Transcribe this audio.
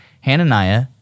Hananiah